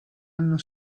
hanno